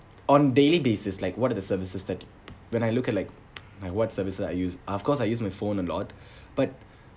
on daily basis like what are the services that when I look at like like what services I use of course I use my phone a lot but